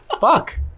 Fuck